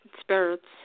spirits